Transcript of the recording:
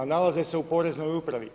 Nalaze se u poreznoj upravi.